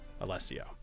Alessio